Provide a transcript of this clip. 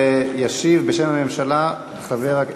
ורק בשביל למצוא את הפתרון להסעות,